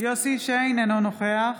אינו נוכח